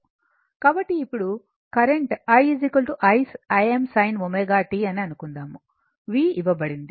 కాబట్టి ఇప్పుడు current i Im sin ω t అని అనుకుందాముv ఇవ్వబడింది